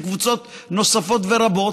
וקבוצות נוספות ורבות,